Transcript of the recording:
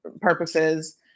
purposes